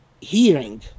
hearing